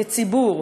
כציבור,